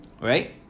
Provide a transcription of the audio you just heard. right